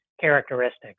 characteristics